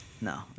No